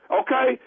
okay